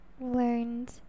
learned